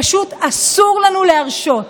פשוט אסור לנו להרשות.